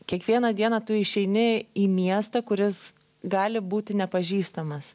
kiekvieną dieną tu išeini į miestą kuris gali būti nepažįstamas